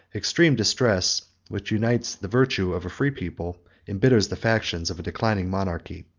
extreme distress, which unites the virtue of a free people, imbitters the factions of a declining monarchy.